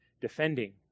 defending